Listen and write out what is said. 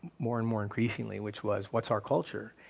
more and more increasingly which was what's our culture,